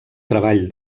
treball